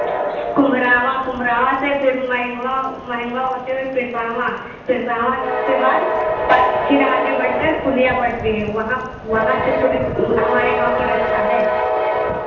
कुम्हरावाँ कुम्हरावाँ से फिर महंगवा महंगवा होते हुए पिड़पावाँ पिड़पावाँ के बाद प फिर आगे बढ़कर पुलिया पड़ती है वहां वहां से फिर हमारे गाँव की रास्ता है